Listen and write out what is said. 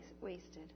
wasted